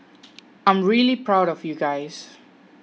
I'm really proud of you guys